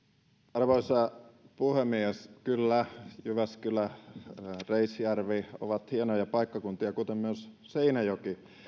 arvoisa puhemies kyllä jyväskylä ja reisjärvi ovat hienoja paikkakuntia kuten myös seinäjoki